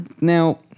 Now